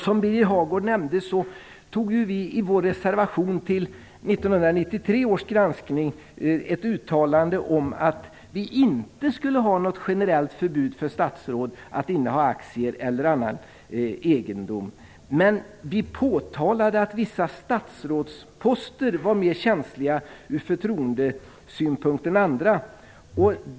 Som Birger Hagård nämnde hade vi socialdemokrater i vår reservation till 1993 års granskning ett uttalande om att vi inte skulle ha något generellt förbud för statsråd att inneha aktier eller annan egendom. Men vi påtalade att vissa statsrådsposter var mer känsliga ur förtroendesynpunkt än andra.